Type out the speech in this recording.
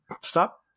stop